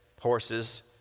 horses